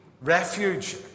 refuge